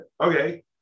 okay